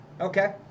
okay